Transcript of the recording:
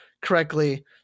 correctly